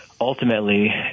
ultimately